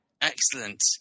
Excellent